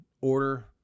order